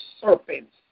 serpents